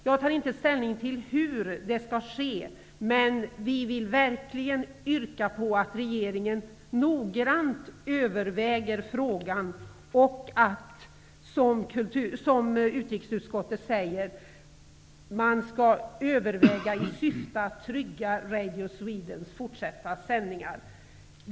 Jag tar inte ställning till hur det skall ske, men vi vill verkligen yrka på att regeringen noggrant tänker igenom frågan och, som utrikesutskottet anför, överväger att trygga Radio Swedens fortsatta sändningar.